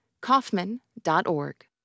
Kaufman.org